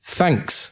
thanks